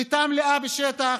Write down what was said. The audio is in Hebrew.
שליטה מלאה בשטח.